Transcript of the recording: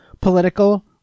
political